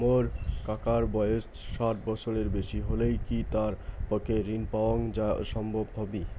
মোর কাকার বয়স ষাট বছরের বেশি হলই কি তার পক্ষে ঋণ পাওয়াং সম্ভব হবি?